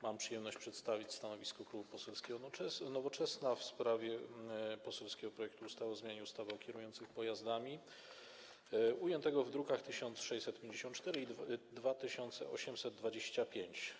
Mam przyjemność przedstawić stanowisko Klubu Poselskiego Nowoczesna w sprawie poselskiego projektu ustawy o zmianie ustawy o kierujących pojazdami, zawartego w drukach nr 1654 i 2825.